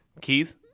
Keith